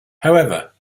however